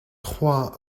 trois